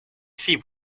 sea